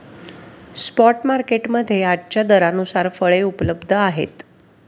spot market मध्ये आजच्या दरानुसार फळे उपलब्ध आहेत